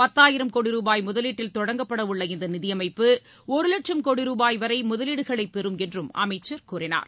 பத்தாயிரம் கோடி ரூபாய் முதலீட்டில் தொடங்கப்பட உள்ள இந்த நிதியமைப்பு ஒரு லட்சும் கோடி ரூபாய் வரை முதலீடுகளை பெறும் என்றும் அமைச்சர் கூறினார்